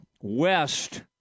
West